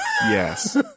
Yes